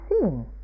seen